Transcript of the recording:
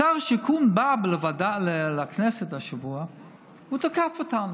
שר השיכון בא לוועדה בכנסת השבוע והוא תקף אותנו.